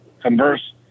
converse